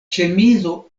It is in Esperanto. ĉemizo